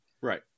right